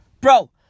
Bro